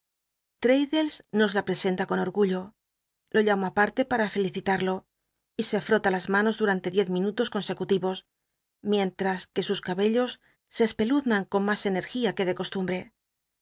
nos la presenta con orgullo jo llamo aparte para felicitarlo y se ftota las manos durante diez minutos consecutivos mientras que sus cabellos se